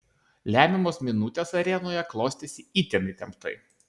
lemiamos minutės arenoje klostėsi itin įtemptai